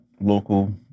Local